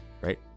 right